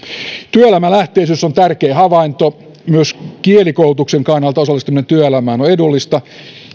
työelämälähtöisyys on tärkeä havainto myös kielikoulutuksen kannalta osallistuminen työelämään on edullista